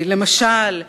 למשל: